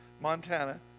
Montana